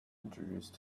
introduce